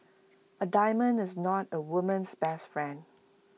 A diamond is not A woman's best friend